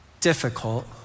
difficult